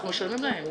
אנחנו משלמים להן.